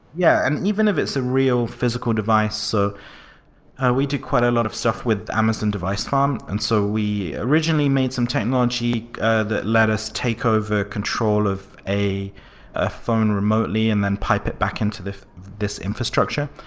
yeah. and even if it's a real physical device so we do quite a lot of stuff with amazon device farm um and so we originally made some technology that let us take over control of a a phone remotely and then pipe it back into this this infrastructure.